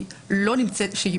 שהיא